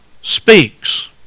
speaks